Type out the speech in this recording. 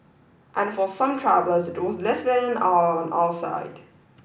and for some travellers it was less than an hour on our side